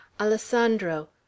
Alessandro